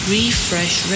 Refresh